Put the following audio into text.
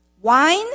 Wine